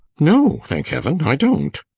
no, thank heaven, i don't!